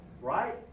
Right